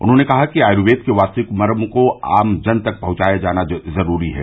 उन्होंने कहा कि आयुर्वेद के वास्तविक मर्म को आम जन तक पहुंचाया जाना जरूरी है